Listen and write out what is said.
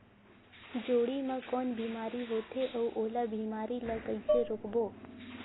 जोणी मा कौन बीमारी होथे अउ ओला बीमारी ला कइसे रोकबो?